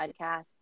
podcast